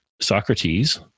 Socrates